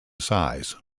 size